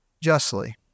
justly